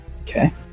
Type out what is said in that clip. okay